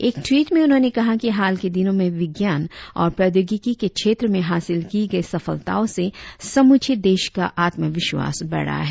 एक टवीट में उन्होंने कहा कि हाल के दिनों में विज्ञान और प्रोद्योगिकी के क्षेत्र में हासिल की गई सफलताओं से समूचे देश का आत्मविश्वास बढ़ा है